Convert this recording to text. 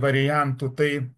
variantų tai